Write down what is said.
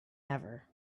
ever